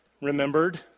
remembered